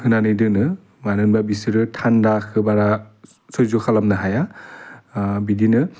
होनानै दोनो मानो होनबा बिसोरो थान्दाखौ बारा सैज' खालामनो हाया ओह बिदिनो